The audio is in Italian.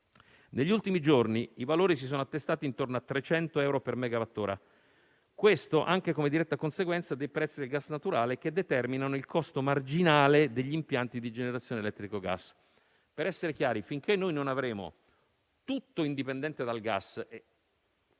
Negli ultimi giorni i valori si sono attestati intorno a 300 euro al megawattora, anche come diretta conseguenza dei prezzi del gas naturale, che determinano il costo marginale degli impianti di generazione elettrica a gas. Per essere chiari, per essere del tutto indipendenti dal gas,